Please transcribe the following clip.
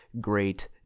great